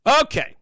Okay